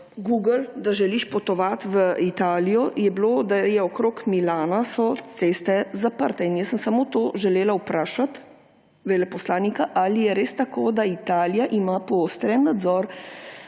Google, da želiš potovati v Italijo, je bilo, da so okrog Milana ceste zaprte. In jaz sem samo to želela vprašati veleposlanika, ali je res tako, da Italija ima poostren nadzor